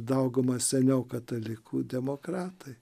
dauguma seniau katalikų demokratai